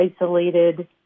isolated